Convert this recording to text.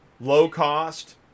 low-cost